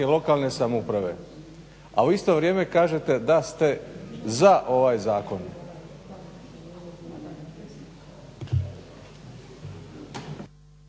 lokalne samouprave. A u isto vrijeme kažete da ste za ovaj zakon.